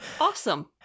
Awesome